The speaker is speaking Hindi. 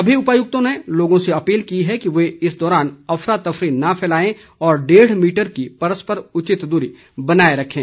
सभी उपायुक्तों ने लोगों से अपील की है कि वे इस दौरान अफरा तफरी न फैलायें और डेढ मीटर की परस्पर उचित दूरी बनाए रखें